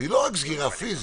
היא לא רק סגירה פיזית,